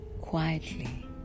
quietly